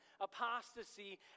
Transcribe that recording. apostasy